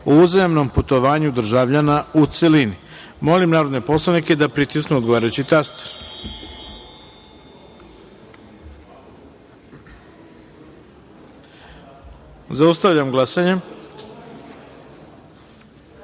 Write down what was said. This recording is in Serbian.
o uzajamnom putovanju državljana, u celini. Molim narodne poslanike da pritisnu odgovarajući taster. Zaustavljam glasanje. Ukupno